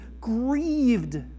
grieved